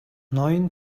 ноён